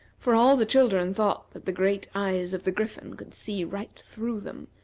for all the children thought that the great eyes of the griffin could see right through them,